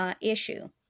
issue